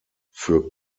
für